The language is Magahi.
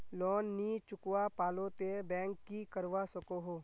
लोन नी चुकवा पालो ते बैंक की करवा सकोहो?